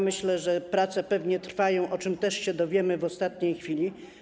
Myślę, że prace pewnie trwają, o czym też się dowiemy w ostatniej chwili.